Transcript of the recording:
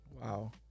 Wow